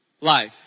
life